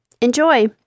Enjoy